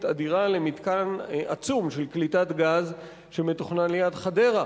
אדירה למתקן עצום של קליטת גז שמתוכנן ליד חדרה.